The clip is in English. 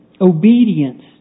obedience